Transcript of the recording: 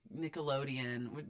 Nickelodeon